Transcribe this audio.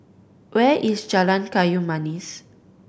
where is Jalan Kayu Manis